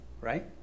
right